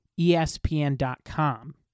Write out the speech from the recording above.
ESPN.com